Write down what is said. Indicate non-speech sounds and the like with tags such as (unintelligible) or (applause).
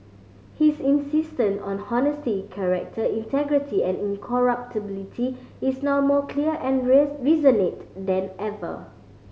his insistence on honesty character integrity and incorruptibility is now more clear and (unintelligible) resonant than ever